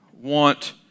want